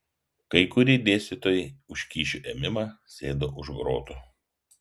kai kurie dėstytojai už kyšių ėmimą sėdo už grotų